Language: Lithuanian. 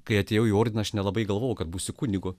kai atėjau į ordiną aš nelabai galvojau kad būsi kunigu